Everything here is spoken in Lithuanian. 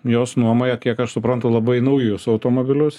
jos nuomoja kiek aš suprantu labai naujus automobilius